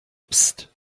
psst